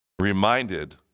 reminded